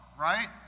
right